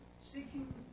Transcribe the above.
seeking